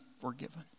forgiven